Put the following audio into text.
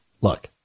look